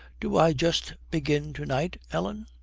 do i just begin to-night, ellen